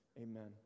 Amen